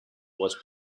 was